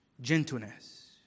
gentleness